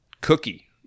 Cookie